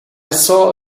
saw